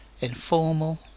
informal